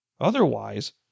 Otherwise